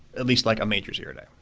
at least like a major zero day.